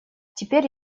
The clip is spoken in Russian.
теперь